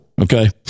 okay